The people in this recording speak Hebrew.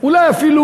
אולי אפילו